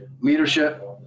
leadership